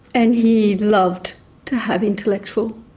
and he loved to have intellectual